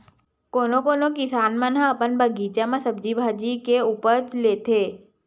कोनो कोनो किसान मन ह अपन बगीचा म सब्जी भाजी के उपज लेथे